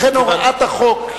לכן הוראת החוק,